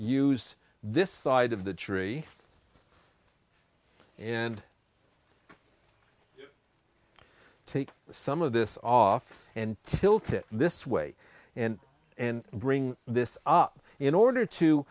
use this side of the tree and take some of this off and tilt it this way and and bring this up in order to